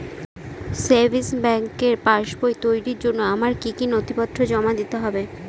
Savings ব্যাংকের পাসবই তৈরির জন্য আমার কি কি নথিপত্র জমা দিতে হবে?